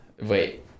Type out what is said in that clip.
Wait